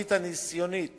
התוכנית הניסיונית